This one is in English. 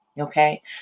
Okay